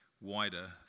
wider